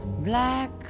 Black